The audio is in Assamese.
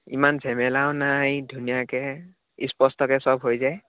ইমান ঝেমেলাও নাই ধুনীয়াকৈ স্পষ্টকৈ চব হৈ যায়